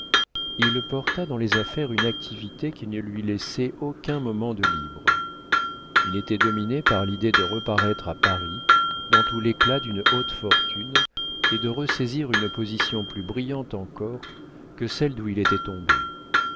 il porta dans les affaires une activité qui ne lui laissait aucun moment de libre il était dominé par l'idée de reparaître à paris dans tout l'éclat d'une haute fortune et de ressaisir une position plus brillante encore que celle d'où il était tombé